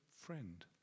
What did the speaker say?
friend